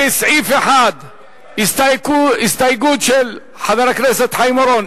לסעיף 1. הסתייגות של חברי הכנסת חיים אורון,